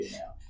now